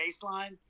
baseline